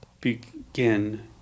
begin